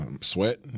Sweat